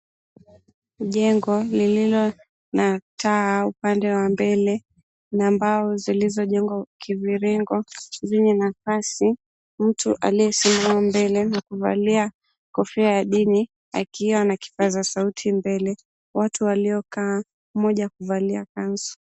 Jengo lililo na taa upande wa mbele na mbao zilizojengwa kiviringo bila nafasi. Mtu aliyesimama mbele na kuvalia kofia ya dini akiwa na kipazasauti mbele. Watu waliokaa mmoja kuvalia kanzu.